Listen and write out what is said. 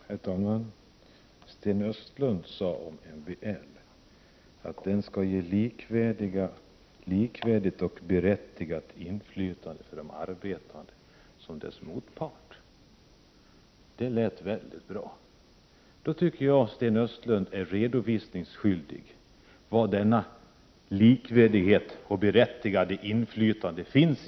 Herr talman! Sten Östlund sade beträffande MBL att den skall ge likvärdigt och berättigat inflytande för såväl de arbetande som deras motpart. Det lät väldigt bra. Därför tycker jag att Sten Östlund är skyldig att redovisa var i arbetslivet denna likvärdighet och detta berättigade inflytande finns.